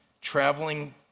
traveling